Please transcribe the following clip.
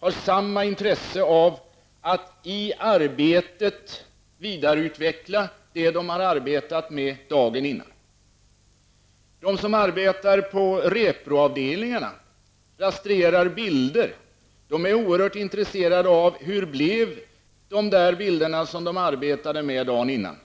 har samma intresse av att i arbetet vidareutveckla det de har arbetat med dagen innan. Det som arbetar på reproavdelningarna, rastrerar bilder, är oerhört intresserade av hur de där bilderna blev som de arbetade med dagen innan.